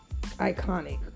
Iconic